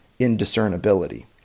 indiscernibility